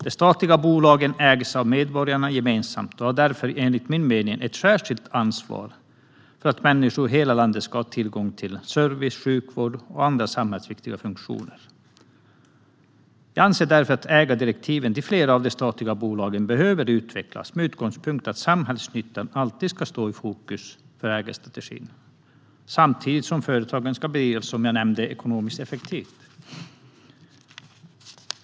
De statliga bolagen ägs av medborgarna gemensamt och har därför enligt min mening ett särskilt ansvar för att människor i hela landet ska ha samma tillgång till service, sjukvård och andra samhällsviktiga funktioner. Jag anser därför att ägardirektiven till flera av de statliga bolagen behöver utvecklas med utgångspunkt i att samhällsnyttan alltid ska stå i fokus för ägarstrategin samtidigt som företagen ska bedrivas ekonomiskt effektivt.